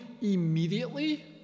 immediately